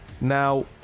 Now